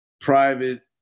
private